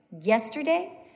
yesterday